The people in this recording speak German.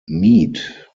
mead